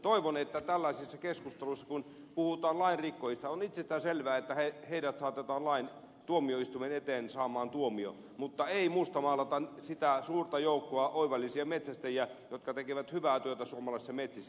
toivon että tällaisissa keskusteluissa kun puhutaan lainrikkojista on itsestäänselvää että heidät saatetaan tuomioistuimen eteen saamaan tuomio mutta ei mustamaalata sitä suurta joukkoa oivallisia metsästäjiä jotka tekevät hyvää työtä suomalaissa metsissä